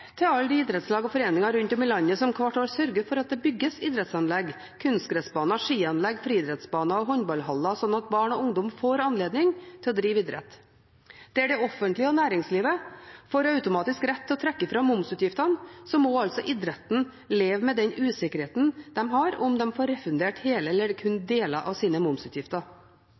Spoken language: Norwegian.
til alle idrettslag og foreninger rundt om i landet som hvert år sørger for at det bygges idrettsanlegg – kunstgressbaner, skianlegg, friidrettsbaner og håndballhaller – slik at barn og ungdom får anledning til å drive idrett. Der det offentlige og næringslivet får automatisk rett til å trekke fra momsutgiftene, må altså idretten leve med usikkerheten om de får refundert hele eller kun deler av sine momsutgifter.